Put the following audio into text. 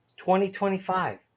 2025